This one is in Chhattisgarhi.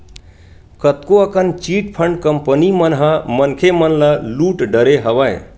कतको अकन चिटफंड कंपनी मन ह मनखे मन ल लुट डरे हवय